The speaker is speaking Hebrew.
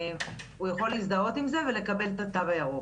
הוא יכול להזדהות עם זה, ולקבל את התו הירוק.